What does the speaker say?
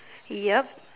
yup